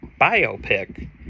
biopic